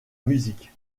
musique